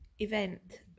event